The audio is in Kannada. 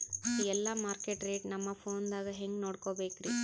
ಎಲ್ಲಾ ಮಾರ್ಕಿಟ ರೇಟ್ ನಮ್ ಫೋನದಾಗ ಹೆಂಗ ನೋಡಕೋಬೇಕ್ರಿ?